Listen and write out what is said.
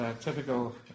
typical